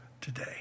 today